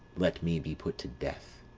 let me be put to death.